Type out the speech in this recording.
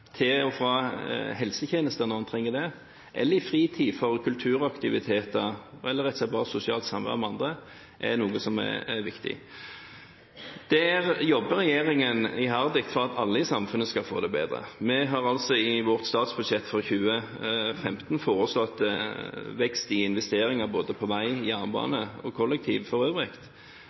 helsetjenester når en trenger det, eller i fritiden – til kulturaktiviteter, eller rett og slett bare for sosialt samvær med andre – er noe som er viktig. Der jobber regjeringen iherdig for at alle i samfunnet skal få det bedre. Vi har altså i vårt statsbudsjett for 2015 foreslått vekst i investeringer både på vei, jernbane og kollektivt for øvrig.